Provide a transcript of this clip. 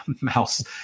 mouse